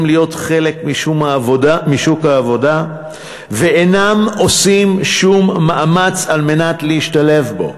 להיות חלק משוק העבודה ואינם עושים שום מאמץ על מנת להשתלב בו.